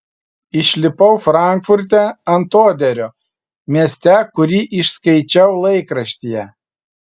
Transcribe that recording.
išlipau frankfurte ant oderio mieste kurį išskaičiau laikraštyje